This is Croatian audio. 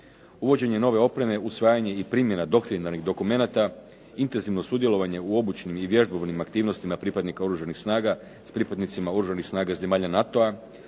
Uvođenje nove opreme, usvajanje i primjena …/Govornik se ne razumije./… dokumenata, intenzivno sudjelovanje u obučnim i vježbovnim aktivnostima pripadnika Oružanih snaga